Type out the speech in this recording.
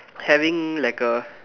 having like a